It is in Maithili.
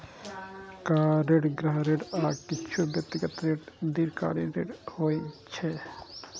कार ऋण, गृह ऋण, आ किछु व्यक्तिगत ऋण दीर्घकालीन ऋण होइ छै